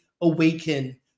awaken